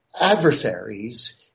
adversaries